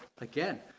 again